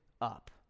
up